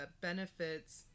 benefits